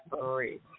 three